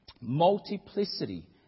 multiplicity